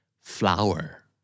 flower